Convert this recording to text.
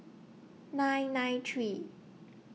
nine nine three